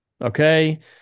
okay